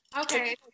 Okay